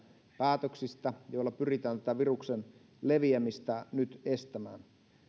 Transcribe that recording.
päätöksistä joilla pyritään tätä viruksen leviämistä nyt estämään